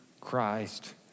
Christ